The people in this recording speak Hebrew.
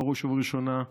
בראש ובראשונה,